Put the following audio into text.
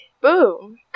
boom